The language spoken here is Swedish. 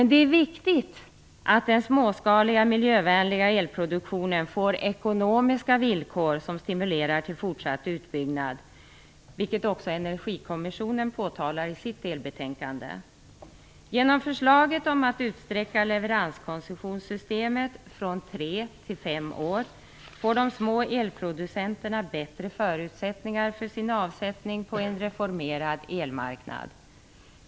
Det är viktigt att den småskaliga miljövänliga elproduktionen får ekonomiska villkor som stimulerar till fortsatt utbyggnad, vilket också Energikommissionen påtalar i sitt delbetänkande. Genom förslaget om att utsträcka leveranskoncessionssystemet från tre till fem år får de små elproducenterna bättre förutsättningar för sin avsättning på en reformerad elmarknad.